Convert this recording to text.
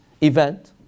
event